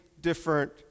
different